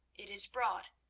it is broad,